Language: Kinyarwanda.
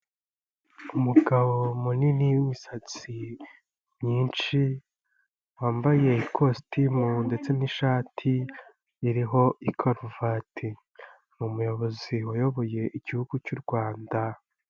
Umugabo munini w'imisatsi myinshi wambaye ikositimu ndetse n'ishati riho karuvati, ni umuyobozi wayoboye igihugu cy'u Rwanda.